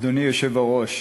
אדוני היושב-ראש,